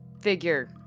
figure